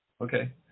Okay